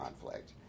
conflict